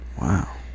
Wow